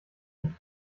den